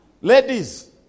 ladies